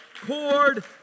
cord